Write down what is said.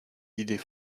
idées